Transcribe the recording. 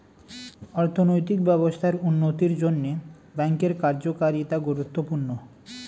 অর্থনৈতিক ব্যবস্থার উন্নতির জন্যে ব্যাঙ্কের কার্যকারিতা গুরুত্বপূর্ণ